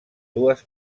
dues